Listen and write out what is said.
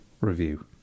Review